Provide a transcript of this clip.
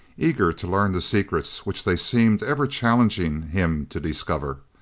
eager to learn the secrets which they seemed ever challenging him to discover.